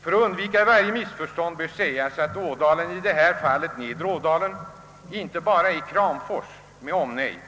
För att undvika varje missförstånd bör sägas att Ådalen — i det här fallet nedre Ådalen — inte bara är Kramfors med omnejd.